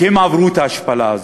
כי הם עברו את ההשפלה הזאת.